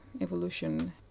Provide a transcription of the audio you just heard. evolution